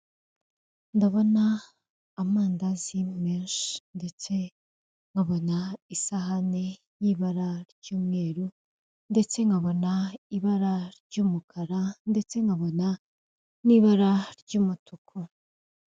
Ndabona amandazi menshi ndetse nkabona isahani y'ibara ry'umweru ndetse nkabona ibara ry'umukara ndetse nkabona n'ibara ry'umutuku.